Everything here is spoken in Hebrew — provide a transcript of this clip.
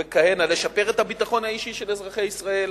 לשפר את הביטחון האישי של אזרחי ישראל,